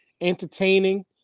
Entertaining